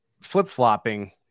flip-flopping